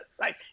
right